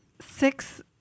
Six